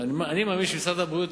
אני מאמין שמשרד הבריאות,